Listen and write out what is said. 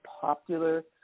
popular